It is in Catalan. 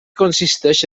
consisteix